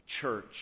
church